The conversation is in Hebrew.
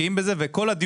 בוקר טוב.